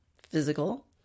physical